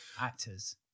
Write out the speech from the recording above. actors